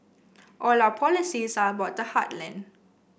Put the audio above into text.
all our policies are about the heartland